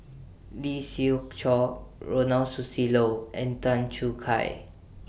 Lee Siew Choh Ronald Susilo and Tan Choo Kai